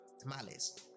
Tamales